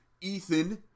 Ethan